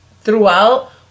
throughout